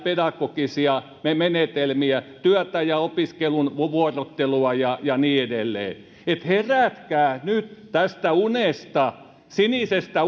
pedagogisia menetelmiä työtä ja opiskelun vuorottelua ja ja niin edelleen että herätkää nyt tästä unesta sinisestä